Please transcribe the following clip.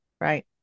Right